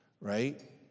right